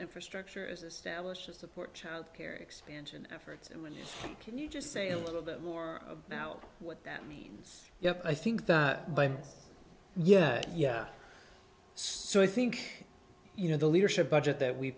infrastructure is established to support child care expansion efforts and when you can you just say a little bit more now what that means yeah i think that but yeah yeah so i think you know the leadership budget that we